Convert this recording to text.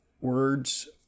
words